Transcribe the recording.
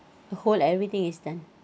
whole everything is done